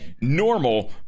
normal